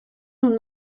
nun